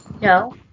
No